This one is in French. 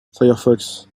firefox